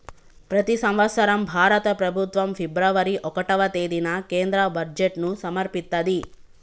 ప్రతి సంవత్సరం భారత ప్రభుత్వం ఫిబ్రవరి ఒకటవ తేదీన కేంద్ర బడ్జెట్ను సమర్పిత్తది